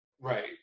Right